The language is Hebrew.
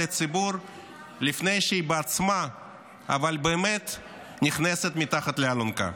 הציבור לפני שהיא בעצמה נכנסת מתחת לאלונקה,